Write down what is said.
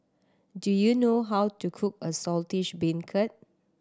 do you know how to cook a Saltish Beancurd